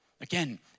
again